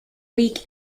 week